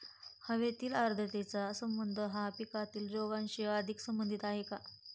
हवेतील आर्द्रतेचा संबंध हा पिकातील रोगांशी अधिक संबंधित आहे का?